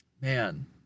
man